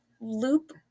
loop